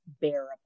bearable